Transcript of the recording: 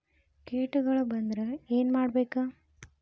ಕೇಟಗಳ ಬಂದ್ರ ಏನ್ ಮಾಡ್ಬೇಕ್?